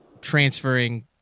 transferring